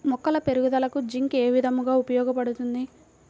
మొక్కల పెరుగుదలకు జింక్ ఏ విధముగా ఉపయోగపడుతుంది?